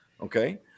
okay